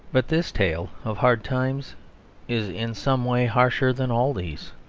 but this tale of hard times is in some way harsher than all these.